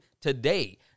today